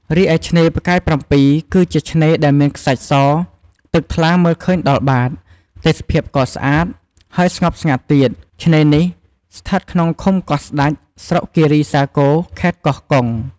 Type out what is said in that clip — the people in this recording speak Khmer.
រីឯឆ្នេរផ្កាយ៧ គឺជាឆ្នេរដែលមានខ្សាច់ស ទឹកថ្លាមើលឃើញដល់បាត ទេសភាពក៏ស្អាត ហើយស្ងប់ស្ងាត់ទៀត ឆ្នេរនេះស្ថិតក្នុងឃុំកោះស្តេច ស្រុកគីរីសាគរ ខេត្តកោះកុង។